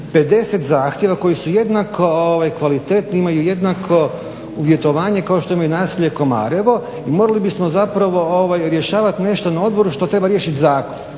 50 zahtjeva koji su jednako kvalitetni, imaju jednako uvjetovanje kao što imaju i naselje Komarevo i morali bismo zapravo rješavati nešto na odboru što treba riješiti zakon.